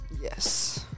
Yes